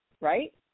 right